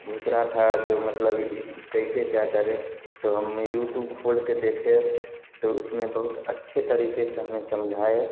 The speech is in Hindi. घुस रहा था जो मतलब कैसे क्या करें तो हमने यूटूब खोल के देखे तो उसमें बहुत अच्छे तरीके से हमें समझाए